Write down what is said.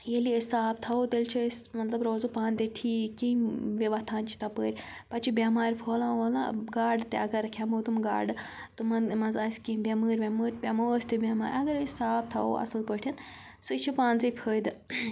ییٚلہِ أسۍ صاف تھاوو تیٚلہِ چھِ أسۍ مطلب روزو پانہٕ تہِ ٹھیٖک کِہیٖنۍ بیٚیہِ وۄتھان چھِ تَپٲرۍ پَتہٕ چھِ بیٚمارِ پھولان وولان گاڈٕ تہِ اگر کھٮ۪مو تِم گاڈٕ تِمَن منٛز آسہِ کینٛہہ بٮ۪مٲرۍ وٮ۪مٲرۍ پٮ۪مَو ٲسۍ تہِ بٮ۪مارِ اگر أسۍ صاف تھاوَو اَصٕل پٲٹھۍ سُہ یہِ چھِ پانسٕے فٲیدٕ